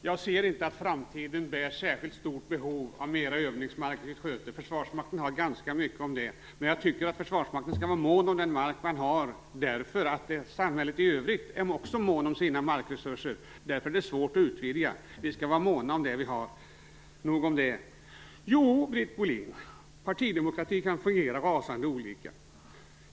Herr talman! Jag kan inte se att det som framtiden bär i sitt sköte är något stort behov av mer övningsmark. Försvarsmakten har ganska mycket av det. Men jag tycker att Försvarsmakten skall vara mån om den mark som man har därför att samhället i övrigt också är mån om sina markresurser. Därför är det svårt att utvidga. Vi skall vara måna om det som vi har. Nog om detta. Jo, Britt Bohlin, partidemokrati kan fungera rasande olika.